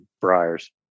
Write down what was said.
briars